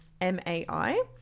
m-a-i